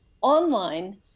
online